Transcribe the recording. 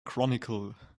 chronicle